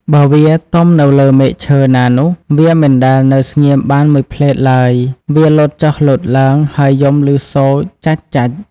បើវាទំនៅលើមែកឈើណានោះ វាមិនដែលនៅស្ងៀមបានមួយភ្លែតឡើយ វាលោតចុះលោតឡើង ហើយយំឮសូរចាច់ៗ។